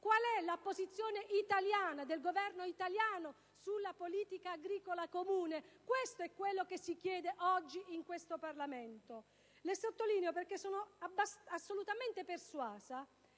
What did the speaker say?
Qual è la posizione italiana, del Governo italiano sulla politica agricola comune? Questo è quello che si chiede oggi in quest'Aula. Sono assolutamente persuasa